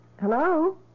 Hello